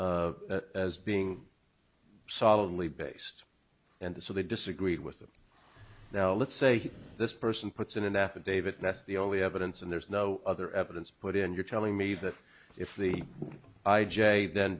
as as being solidly based and so they disagreed with them now let's say this person puts in an affidavit that's the only evidence and there's no other evidence put in you're telling me that if the i j a then